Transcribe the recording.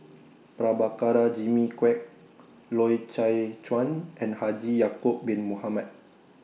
Prabhakara Jimmy Quek Loy Chye Chuan and Haji Ya'Acob Bin Mohamed